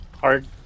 hard